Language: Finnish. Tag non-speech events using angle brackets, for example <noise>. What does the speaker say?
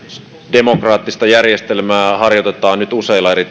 demokraattista järjestelmää harjoitetaan nyt useilla eri <unintelligible>